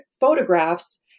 photographs